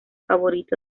favorito